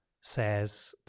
says